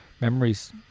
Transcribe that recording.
Memories